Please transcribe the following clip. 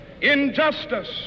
injustice